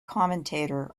commentator